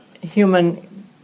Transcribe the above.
human